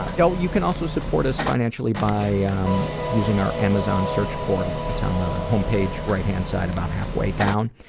ah you know you can also support us financially by um using our amazon search portal, it's on the home page, right side, about halfway down.